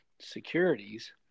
securities